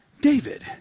David